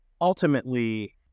ultimately